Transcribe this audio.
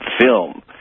film